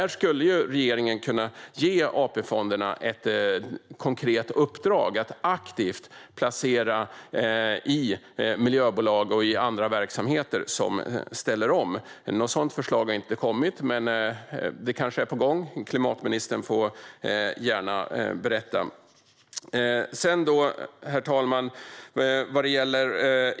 Regeringen skulle kunna ge AP-fonderna ett konkret uppdrag, att aktivt placera i miljöbolag och andra verksamheter som ställer om. Något sådant förslag har inte kommit. Men det kanske är på gång. Klimatministern får gärna berätta. Herr talman!